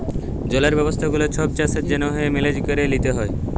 জলের ব্যবস্থা গুলা ছব চাষের জ্যনহে মেলেজ ক্যরে লিতে হ্যয়